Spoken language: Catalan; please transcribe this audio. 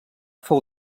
fou